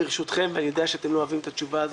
ברשותכם אני יודע שאתם לא אוהבים את התשובה הזאת,